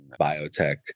biotech